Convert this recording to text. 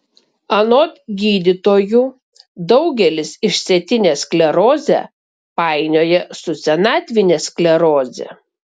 anot gydytojų daugelis išsėtinę sklerozę painioja su senatvine skleroze